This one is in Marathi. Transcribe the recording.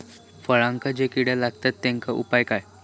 फळांका जो किडे लागतत तेनका उपाय काय?